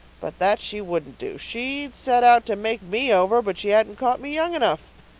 but that she wouldn't do. she'd set out to make me over but she hadn't caught me young enough.